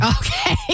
Okay